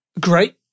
great